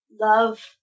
love